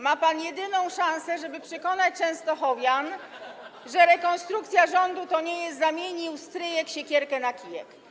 Ma pan jedyną szansę, żeby przekonać częstochowian, że rekonstrukcja rządu to nie jest „zamienił stryjek siekierkę na kijek”